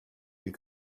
you